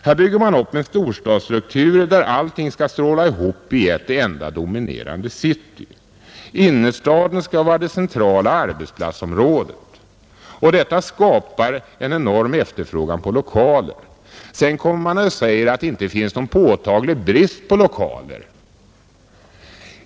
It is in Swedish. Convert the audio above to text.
Här bygger man upp en storstadsstruktur där allting skall stråla ihop i ett enda dominerande city. Innerstaden skall vara det centrala arbetsplatsområdet, och detta skapar en enorm efterfrågan på lokaler. Sedan kommer man och säger att det inte finns någon påtaglig brist på lokaler.